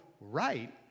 right